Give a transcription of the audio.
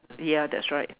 ya that's right